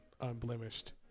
Unblemished